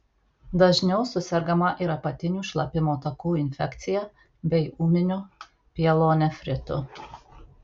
dažniau susergama ir apatinių šlapimo takų infekcija bei ūminiu pielonefritu